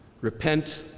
Repent